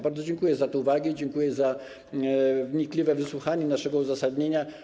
Bardzo dziękuję za te uwagi i dziękuję za wnikliwe wysłuchanie naszego uzasadnienia.